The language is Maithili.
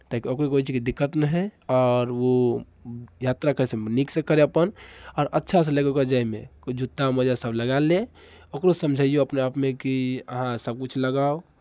ताकि ओकरो कोइ चीजके दिक्कत नहि होय आओर ओ यात्रा करयसँ नीकसँ करय अपन आओर अच्छा से लगै ओकरा जायमे ओ जूत्ता मोजासभ लगा ले ओकरो समझैओ अपने आपमे कि अहाँ सभकिछु लगाउ